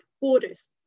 borders